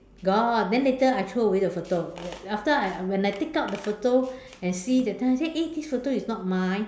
got then later I throw away the photo after I I when I take out the photo and see the time I say eh this photo is not mine